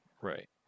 Right